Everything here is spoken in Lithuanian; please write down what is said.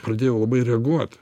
pradėjau labai reaguot